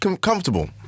comfortable